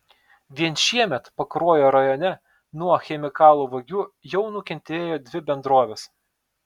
vien šiemet pakruojo rajone nuo chemikalų vagių jau nukentėjo dvi bendrovės